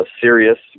serious